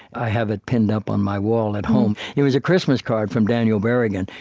i have it pinned up on my wall at home. it was a christmas card from daniel berrigan,